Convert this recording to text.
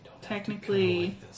Technically